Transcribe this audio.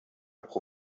pro